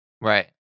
Right